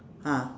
ah